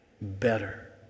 better